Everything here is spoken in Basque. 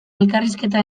elkarrizketa